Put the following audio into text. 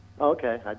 Okay